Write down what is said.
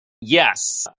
Yes